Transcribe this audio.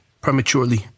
prematurely